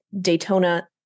Daytona